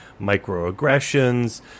microaggressions